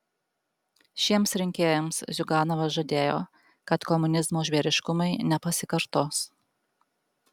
šiems rinkėjams ziuganovas žadėjo kad komunizmo žvėriškumai nepasikartos